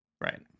right